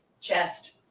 chest